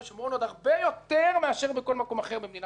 עוד הרבה יותר מאשר בכל מקום אחר במדינת ישראל.